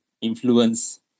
influence